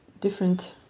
different